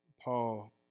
Paul